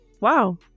wow